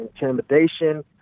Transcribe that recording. intimidation